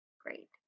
great